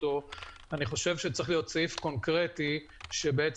אני חושב שצריך להיות סעיף קונקרטי שכופה,